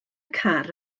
car